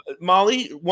Molly